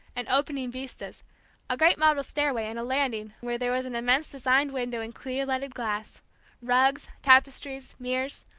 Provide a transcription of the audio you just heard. and opening vistas a great marble stairway, and a landing where there was an immense designed window in clear leaded glass rugs, tapestries, mirrors,